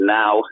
now